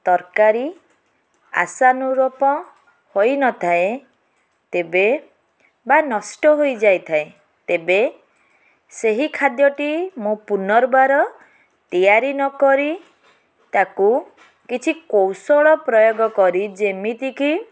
ତରକାରୀ ଆଶାନୁରୂପ ହୋଇନଥାଏ ତେବେ ବା ନଷ୍ଟ ହୋଇଯାଇଥାଏ ତେବେ ସେହି ଖାଦ୍ୟଟି ମୁଁ ପୁନର୍ବାର ତିଆରି ନକରି ତାକୁ କିଛି କୌଶଳ ପ୍ରୟୋଗ କରି ଯେମିତିକି